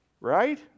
Right